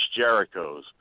jerichos